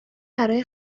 برای